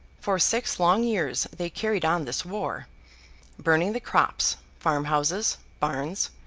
for six long years they carried on this war burning the crops, farmhouses, barns,